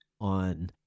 on